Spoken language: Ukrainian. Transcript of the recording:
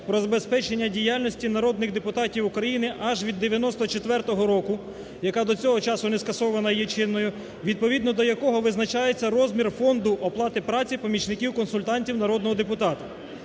про забезпечення діяльності народних депутатів України аж від 94-го року, яка до цього часу не скасована, є чинною. Відповідно до якого визначається розмін фонду оплати праці помічників консультантів народного депутата.